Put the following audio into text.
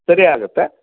ಸರಿ ಆಗತ್ತೆ